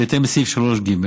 בהתאם לסעיף 3(ג)